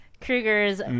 Krueger's